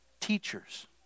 teachers